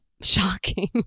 Shocking